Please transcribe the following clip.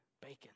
bacon